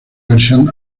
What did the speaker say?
versión